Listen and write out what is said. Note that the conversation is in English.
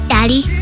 Daddy